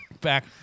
Back